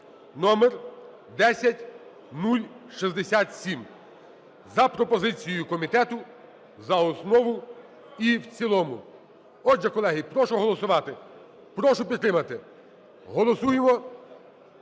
(№ 10067) за пропозицією комітету за основу і в цілому. Отже, колеги, прошу голосувати. Прошу підтримати. Голосуємо